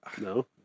No